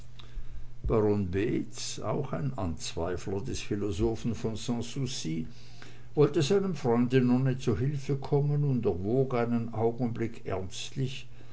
baron beetz auch ein anzweifler des philosophen von sanssouci wollte seinem freunde nonne zu hilfe kommen und erwog einen augenblick